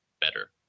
better